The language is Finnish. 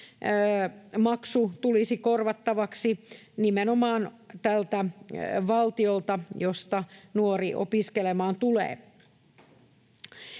maksu tulisi korvattavaksi nimenomaan tältä valtiolta, josta nuori opiskelemaan tulee.